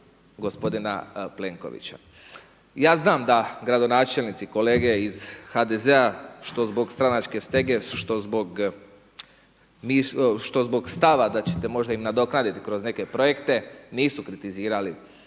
gospodina Plenkovića. Ja znam da gradonačelnici kolege iz HDZ-a, što zbog stranačke stege, što zbog stava da ćete možda im nadoknaditi kroz neke projekte, nisu kritizirali